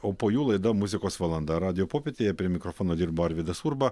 o po jų laida muzikos valanda radijo popietėje prie mikrofono dirbo arvydas urba